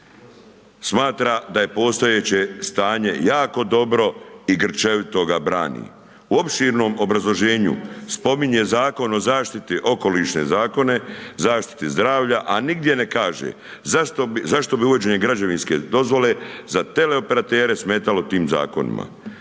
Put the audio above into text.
smatra da je postojeće stanje jako dobro i grčevito ga brani. U opširnom obrazloženju spominje Zakon o zaštiti okolišne zakone, zaštiti zdravlja, a nigdje ne kaže zašto bi uvođenje građevinske dozvole za teleoperatere smetalo tim zakonima,